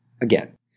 again